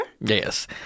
Yes